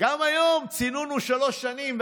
היום צינון הוא שלוש שנים,